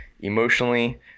emotionally